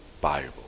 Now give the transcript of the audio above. Bible